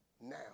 now